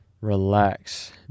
Relax